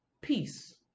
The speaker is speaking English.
peace